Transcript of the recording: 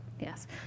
Yes